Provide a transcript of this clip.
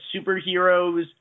superheroes